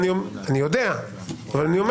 אני אומר